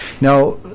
Now